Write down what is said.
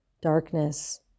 darkness